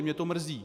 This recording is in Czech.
Mě to mrzí.